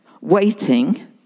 waiting